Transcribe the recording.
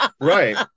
Right